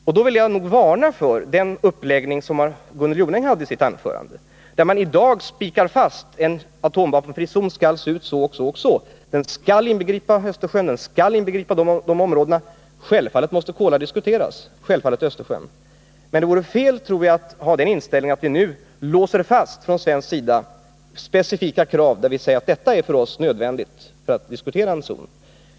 Men jag vill varna för den uppläggning som Gunnel Jonäng talade om i sitt anförande, att man i dag skulle spika fast att en atomvapenfri zon skall se ut så och så, att den skall inbegripa Östersjön och de och de områdena. Självfallet måste Kolahalvön diskuteras liksom också Östersjön. Men det vore fel, tror jag, att nu från svensk sida låsa fast sig vid specifika krav och säga att detta är för oss nödvändigt för diskussionerna om en atomvapenfri zon.